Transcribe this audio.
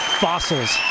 fossils